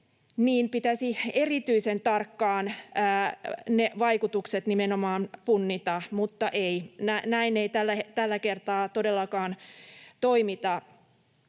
nimenomaan erityisen tarkkaan ne vaikutukset punnita, mutta ei, näin ei tällä kertaa todellakaan toimita.